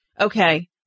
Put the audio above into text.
Okay